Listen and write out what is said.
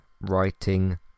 writing